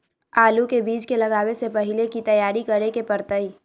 आलू के बीज के लगाबे से पहिले की की तैयारी करे के परतई?